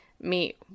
meet